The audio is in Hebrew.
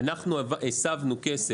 אנחנו הסבנו כסף.